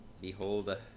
Behold